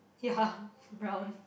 yeah brown